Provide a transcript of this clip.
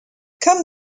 come